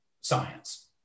science